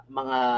mga